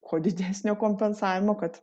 kuo didesnio kompensavimo kad